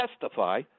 testify